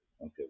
Okay